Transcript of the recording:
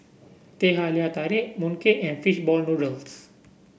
Teh Halia Tarik Mooncake and fish ball noodles